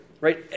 right